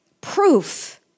Proof